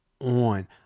on